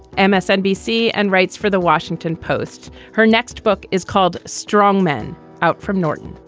and msnbc, and writes for the washington post. her next book is called strong men out from norton.